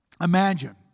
imagine